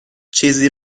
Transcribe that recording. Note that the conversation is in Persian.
چیزی